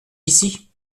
ici